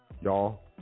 y'all